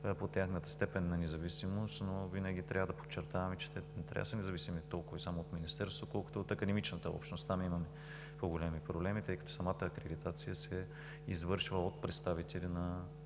по тяхната степен на независимост, но винаги трябва да подчертаваме, че не трябва да са независими толкова и само от Министерството, колкото от академичната общност. Там има по-големи проблеми, тъй като самата акредитация се извършва от представители на